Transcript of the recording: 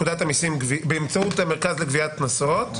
המרכז לגביית קנסות".